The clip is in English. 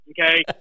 Okay